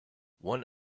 one